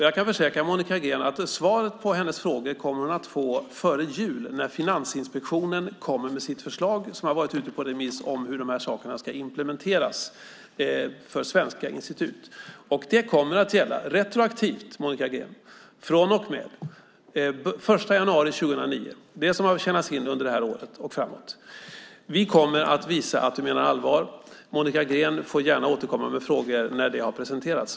Jag kan försäkra Monica Green att hon kommer att få svar på sina frågor före jul när Finansinspektionen kommer med sitt förslag, som har varit ute på remiss, om hur sakerna ska implementeras för svenska institut. Det kommer att gälla retroaktivt, Monica Green, från och med den 1 januari 2009, det vill säga det som har tjänats in under det här året och framåt. Vi kommer att visa att vi menar allvar. Monica Green får gärna återkomma med frågor när förslaget har presenterats.